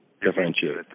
differentiate